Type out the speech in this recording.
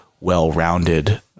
well-rounded